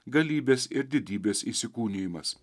galybės ir didybės įsikūnijimas